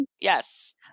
Yes